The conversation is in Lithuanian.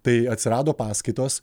tai atsirado paskaitos